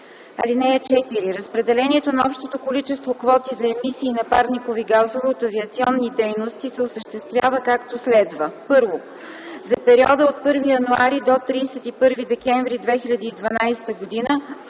т. 4. (4) Разпределението на общото количество квоти за емисии на парникови газове от авиационни дейности се осъществява, както следва: 1. за периода от 1 януари до 31 декември 2012 г.